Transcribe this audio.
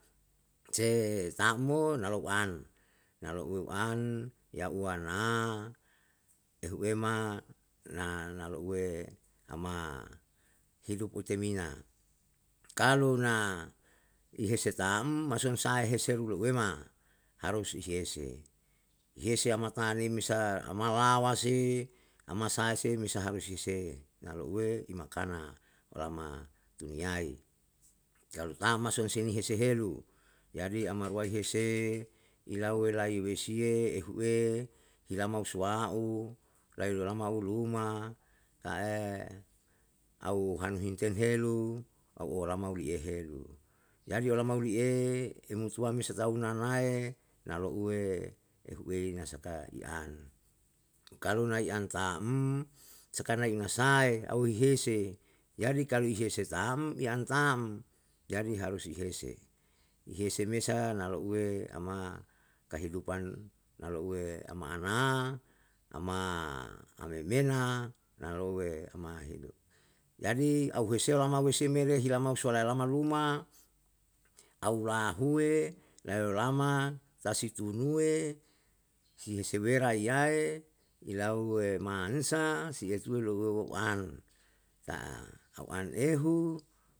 Se tam mo na lou an, na louwe u an, yau wana ehu ema, na na louwe ama hidup utemina. Kalu na, ihese tam, maksudnya sahe hese leuwema, harus isiyese, ihese ama tane me resa ama lawa se, ama sehe se mesa harus si se na loauwe imakana lama duniyai. Kalu tam masa husinese helu jadi amaruwai ilau welai lesiye ehue ilama usuwa'u, lai ulama uluma, ta'e au hanhinten helu, au olama uliye helu. Jadi olama uli'e, emutuwam mesa tau anane na louwe ehuwei na saka i an. Kalu nai an tam, sakai nai inga sae, au hi hese, jadi kalu hihese tam, i an tam, jadi harus ihese. Ihese me sa na louwe ama kahidupan na louwe ama ana, ama amemena, na louwe ama hidup. Jadi auheseyo lama weseme le hila mau suwalai lama luma, aula huwe nayo lama, tau si tunuwe, sihisiwera iyae, ilauwe mansa siye suwe louwe wei an, ta au an ehu